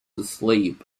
asleep